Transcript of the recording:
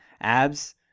abs